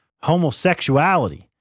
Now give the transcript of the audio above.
homosexuality